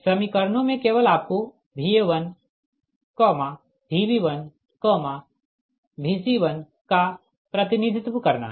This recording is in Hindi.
समीकरणों में केवल आपको Va1 Vb1 Vc1 का प्रतिनिधित्व करना है